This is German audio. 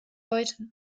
heute